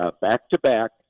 back-to-back